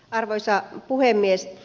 arvoisa puhemies